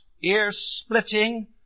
ear-splitting